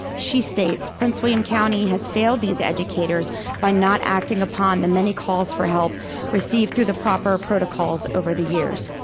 she states, prince william county has failed these educators by not acting upon the many calls for help received through the proper protocols over the years.